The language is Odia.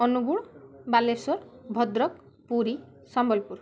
ଅନୁଗୁଳ ବାଲେଶ୍ୱର ଭଦ୍ରକ ପୁରୀ ସମ୍ବଲପୁର